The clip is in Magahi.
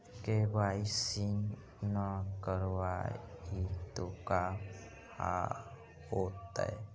के.वाई.सी न करवाई तो का हाओतै?